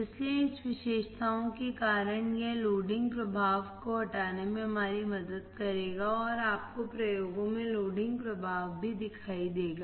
इसलिए इस विशेषताओं के कारण यह लोडिंग प्रभाव को हटाने में हमारी मदद करेगा और आपको प्रयोगों में लोडिंग प्रभाव भी दिखाई देगा